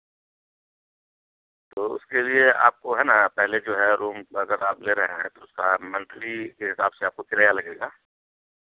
تو اس کے لیے آپ کو ہے نا پہلے جو ہے روم اگر آپ لے رہے ہیں تو اس کا منتھلی کے حساب سے آپ کو کرایہ لگے گا